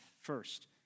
First